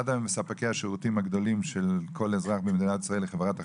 אחד מספקי השירותים של כל אזרח במדינת ישראל הוא חברת החשמל.